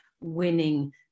winning